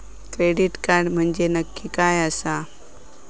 Credit card म्हंजे नक्की काय आसा?